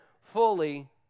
fully